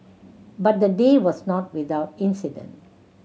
but the day was not without incident